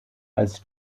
als